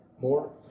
more